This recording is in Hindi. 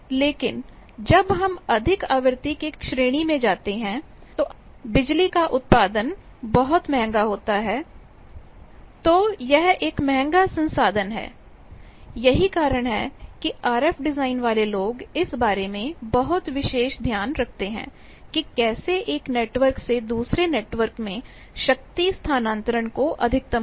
लेकिन जब हम अधिक आवृत्ति की श्रेणी में जाते हैं जब बिजली का उत्पादन बहुत महंगा होता है तो यह एक महंगा संसाधन है यही कारण है कि आरएफ डिज़ाइन वाले लोग इस बारे में बहुत विशेष ध्यान रखते हैं कि कैसे एक नेटवर्क से दूसरे नेटवर्क में शक्ति स्थानांतरण को अधिकतम करें